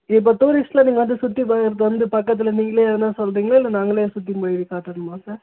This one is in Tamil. இப்போ டூரிஸ்ட்டில் நீங்கள் வந்து சுற்றி பார்க்கறதுக்கு வந்து பக்கத்தில் நீங்களே எதுனா சொல்லுறிங்களா இல்லை நாங்களே சுற்றி மொழுவி காட்டட்டுமா